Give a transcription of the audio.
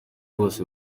bose